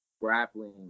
grappling